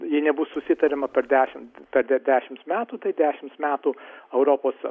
jei nebus susitariama per dešimt tada dešims metų tai dešims metų europos